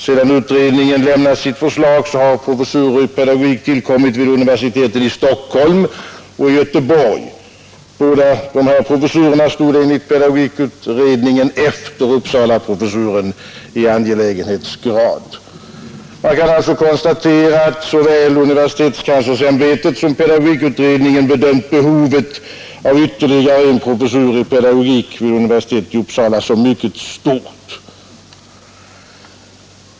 Sedan utredningen lämnat sitt förslag har professurer i pedagogik tillkommit vid universiteten i Stockholm och Göteborg. Båda dessa professurer stod enligt pedagogikutredningen efter Uppsalaprofessuren i angelägenhetsgrad. Man kan alltså konstatera att såväl universitetskanslersämbetet som pedagogikutredningen bedömt behovet av ytterligare en professur i pedagogik vid universitet i Uppsala som mycket stort.